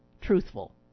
truthful